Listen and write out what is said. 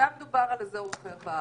אם היה מדובר על אזור אחר בארץ.